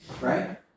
Right